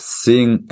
seeing